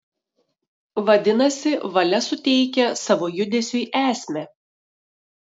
vadinasi valia suteikia savo judesiui esmę